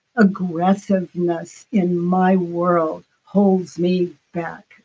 aggressiveness in my world holds me back,